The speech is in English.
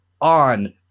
on